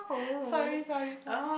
sorry sorry sorry